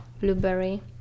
blueberry